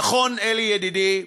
נכון, אלי ידידי,